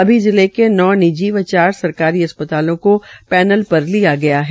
अभी जिले में नौ निजी व चार सरकारी अस्पतालों को पैननल पर लिया गया है